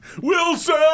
Wilson